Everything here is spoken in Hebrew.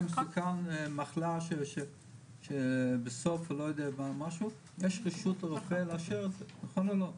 מסוכן עם מחלה יש רשות לרופא לאשר את זה נכון או לא?